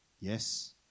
yes